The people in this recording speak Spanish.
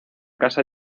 casa